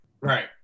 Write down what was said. right